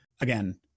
again